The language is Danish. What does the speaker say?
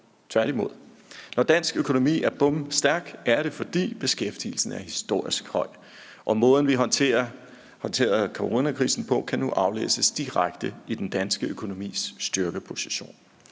Tværtimod. Når dansk økonomi er bomstærk, er det, fordi beskæftigelsen er historisk høj, og måden, vi håndterede coronakrisen på, kan nu aflæses direkte i den danske økonomis styrkeposition.